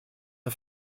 der